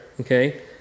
okay